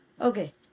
Okay